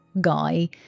guy